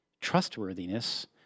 trustworthiness